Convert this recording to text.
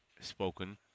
spoken